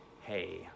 hey